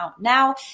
now